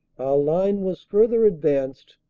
line was further advanced,